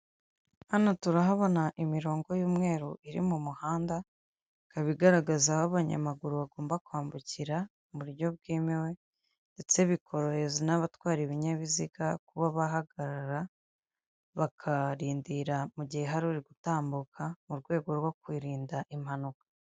Hano turahabona imirongo y'umweru iri mu muhanda, ikaba igaragaza aho abanyamaguru bagomba kwambukira, mu buryo bwemewe ndetse bikorohereza n'abatwara ibinyabiziga kuba bahagarara bakarindira mu gihe hari uri gutambuka, mu rwego rwo kwirinda impanuka.